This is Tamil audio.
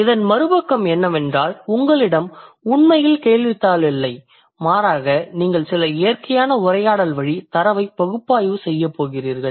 இதன் மறுபக்கம் என்னவென்றால் உங்களிடம் உண்மையில் கேள்வித்தாள் இல்லை மாறாக நீங்கள் சில இயற்கையான உரையாடல் வழி தரவைப் பகுப்பாய்வு செய்யப்போகிறீர்கள்